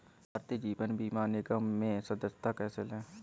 भारतीय जीवन बीमा निगम में सदस्यता कैसे लें?